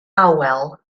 awel